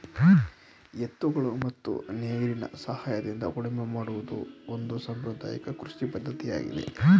ಎತ್ತುಗಳ ಮತ್ತು ನೇಗಿಲಿನ ಸಹಾಯದಿಂದ ಉಳುಮೆ ಮಾಡುವುದು ಒಂದು ಸಾಂಪ್ರದಾಯಕ ಕೃಷಿ ಪದ್ಧತಿಯಾಗಿದೆ